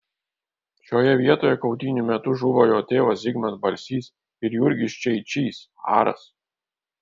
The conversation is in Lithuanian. šioje vietoje kautynių metu žuvo jo tėvas zigmas balsys ir jurgis čeičys aras